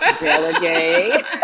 delegate